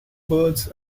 birds